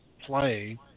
play